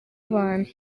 abantu